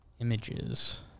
Images